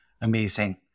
Amazing